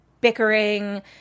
bickering